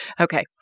Okay